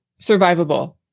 survivable